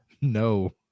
No